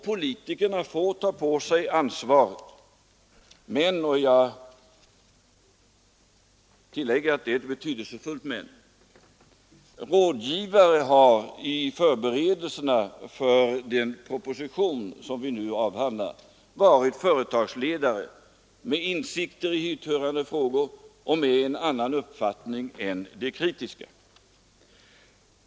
Politikerna får ta på sig ansvaret, men — och jag tillägger att det är ett betydelsefullt men — rådgivare vid förberedelserna för den proposition som vi nu avhandlar har varit företagsledare med insikter i hithörande frågor och med en annan uppfattning än den kritiska.